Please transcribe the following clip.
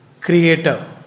creator